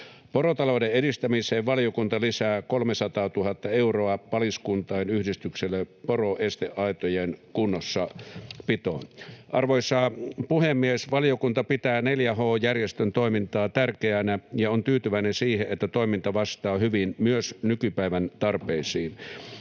Porotalouden edistämiseen valiokunta lisää 300 000 euroa Paliskuntain yhdistykselle poroesteaitojen kunnossapitoon. Arvoisa puhemies! Valiokunta pitää 4H-järjestön toimintaa tärkeänä ja on tyytyväinen siihen, että toiminta vastaa hyvin myös nykypäivän tarpeisiin.